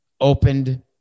opened